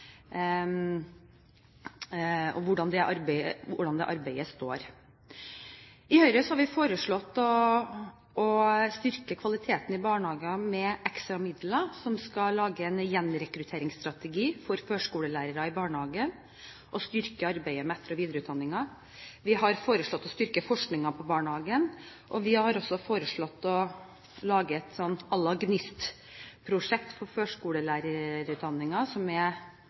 I Høyre har vi foreslått å styrke kvaliteten i barnehagene med ekstra midler som skal gå til å lage en «gjenrekrutteringsstrategi» for førskolelærere i barnehagene og styrke arbeidet med etter- og videreutdanningen. Vi har foreslått å styrke forskningen på barnehagene, og vi har også foreslått å lage et prosjekt for førskolelærerutdanningen à la GNIST, som er